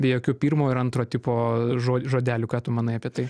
be jokių pirmo ir antro tipo žo žodelių ką tu manai apie tai